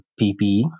PPE